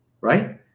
right